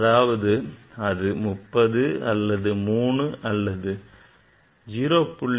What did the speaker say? அதாவது அது 30 அல்லது 3 அல்லது 0